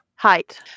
Height